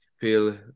feel